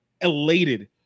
elated